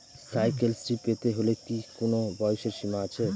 Cycle Shri পেতে হলে কি কোনো বয়সের সীমা আছে?